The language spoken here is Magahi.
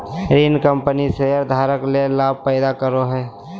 ऋण कंपनी शेयरधारक ले लाभ पैदा करो हइ